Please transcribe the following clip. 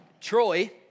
Troy